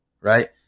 right